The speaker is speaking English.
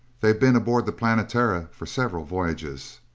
they've been aboard the planetara for several voyages.